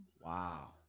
Wow